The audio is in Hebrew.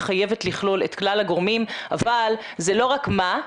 היא חייבת לכלול את כלל הגורמים, אבל זה לא רק מה.